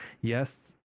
yes